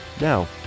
Now